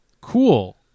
cool